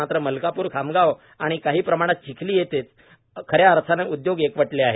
मात्र मलकाप्र खामगाव आणि काही प्रमाणात चिखली येथेच खऱ्या अर्थाने उद्योग एकवटलेले आहे